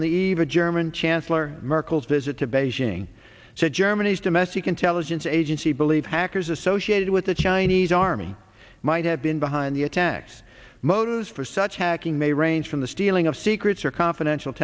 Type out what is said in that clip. on the eve of german chancellor merkel's visit to beijing said germany's domestic intelligence agency believe hackers associated with the chinese army might have been behind the attacks motives for such hacking may range from the stealing of secrets or confidential